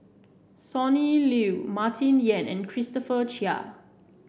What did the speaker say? Sonny Liew Martin Yan and Christopher Chia